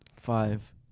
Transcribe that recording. Five